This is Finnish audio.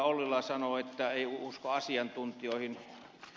ollila sanoi että ei usko asiantuntijoihin